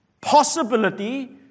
possibility